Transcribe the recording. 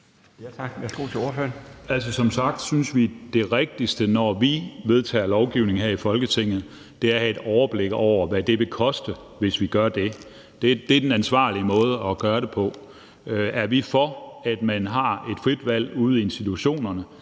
Som sagt synes vi, at det er det rigtigste, at vi, når vi her i Folketinget vedtager lovgivning, har et overblik over, hvad det vil koste, hvis vi gør det. Det er den ansvarlige måde at gøre det på. Er vi så for, at man ude i institutionerne